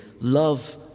love